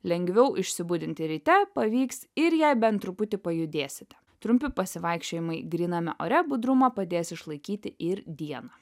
lengviau išsibudinti ryte pavyks ir jei bent truputį pajudėsite trumpi pasivaikščiojimai gryname ore budrumą padės išlaikyti ir dieną